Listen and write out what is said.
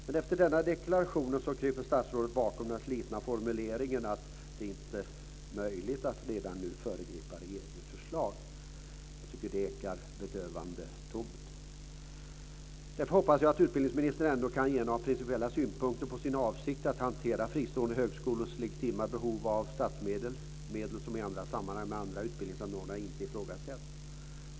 Men efter denna deklaration kryper statsrådet bakom den slitna formuleringen att "det inte är möjligt att redan nu föregripa regeringens förslag". Jag tycker att det ekar bedövande tomt. Jag hoppas att utbildningsministern ändå kan ge några principiella synpunkter på sin avsikt att hantera fristående högskolors legitima behov av statsmedel, medel som i andra sammanhang, med andra utbildningsanordnare inte ifrågasätts.